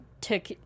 took